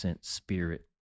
spirit